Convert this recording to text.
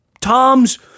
Tom's